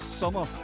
summer